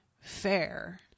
fair